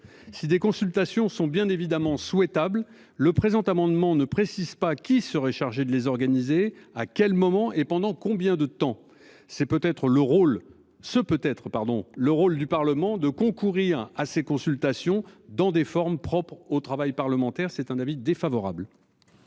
si des consultations sont bien évidemment souhaitable le présent amendement ne précise pas qui serait chargé de les organiser à quel moment et pendant combien de temps. C'est peut être le rôle ce peut être pardon le rôle du Parlement de concourir à ces consultations dans des formes propres au travail parlementaire. C'est un avis défavorable.